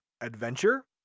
Adventure